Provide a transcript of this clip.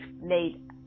made